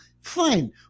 fine